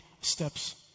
steps